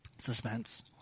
Suspense